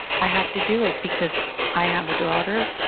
i have to do it because i have a daughter.